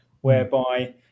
whereby